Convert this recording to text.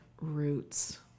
roots